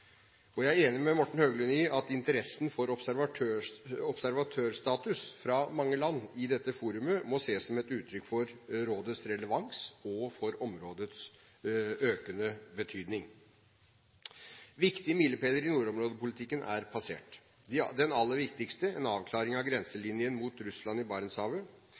og jeg er enig med Morten Høglund i at interessen for observatørstatus fra mange land i dette forumet må ses som et uttrykk for rådets relevans og for områdets økende betydning. Viktige milepæler i nordområdepolitikken er passert. Den aller viktigste, en avklaring av grenselinjen mot Russland i Barentshavet,